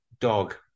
Dog